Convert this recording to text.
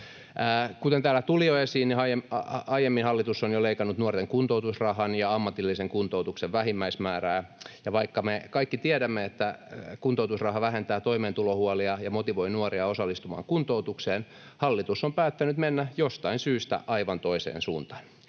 Kuten täällä tuli jo esiin, aiemmin hallitus on jo leikannut nuoren kuntoutusrahan ja ammatillisen kuntoutuksen vähimmäismäärää. Vaikka me kaikki tiedämme, että kuntoutusraha vähentää toimeentulohuolia ja motivoi nuoria osallistumaan kuntoutukseen, hallitus on päättänyt mennä jostain syystä aivan toiseen suuntaan.